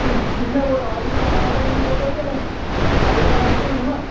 किस किसने बोला अभी मैं वहाँ आटा लेने पहुँचा क्या मैं अभी अभी तो मैं रास्ते में हूँ ना